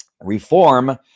Reform